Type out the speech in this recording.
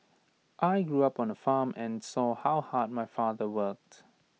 I grew up on A farm and saw how hard my father worked